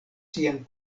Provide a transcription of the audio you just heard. sian